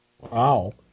wow